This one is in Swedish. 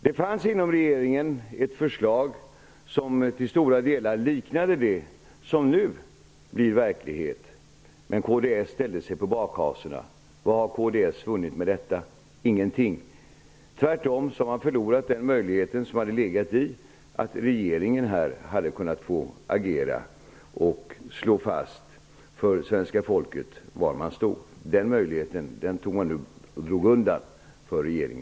Det fanns inom regeringen ett förslag som till stora delar liknade det som nu blir verklighet, men kds ställde sig på bakhasorna. Vad har kds vunnit på detta? Ingenting. Man har tvärtom förlorat den möjlighet som legat i att regeringen hade kunna agera och slå fast för svenska folket var man står. Den möjligheten för regeringen drog man nu undan.